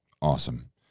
awesome